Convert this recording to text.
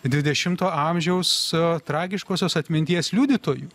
dvidešimto amžiaus tragiškosios atminties liudytojų